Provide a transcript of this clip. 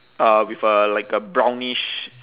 uh with a like a brownish